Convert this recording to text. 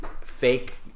fake